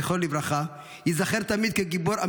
זכרו לברכה,